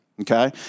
Okay